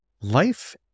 life